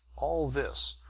all this,